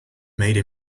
made